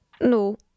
No